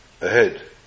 ahead